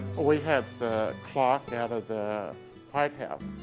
we have the clock out of the white house.